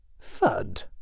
thud